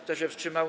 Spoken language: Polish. Kto się wstrzymał?